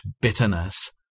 bitterness